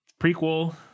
prequel